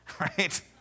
right